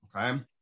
Okay